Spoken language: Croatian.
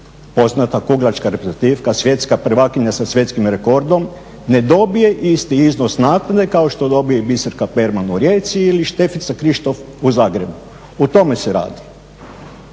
poznata kuglačka reprezentativka, svjetska prvakinja sa svjetskim rekordom ne dobije isti iznos naknade kao što dobije i Biserka Perman u Rijeci ili Šefica Krištof u Zagrebu, o tome se radi.